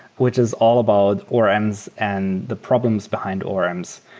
which is all about orms and the problems behind orms.